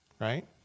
right